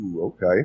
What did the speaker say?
Okay